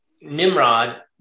Nimrod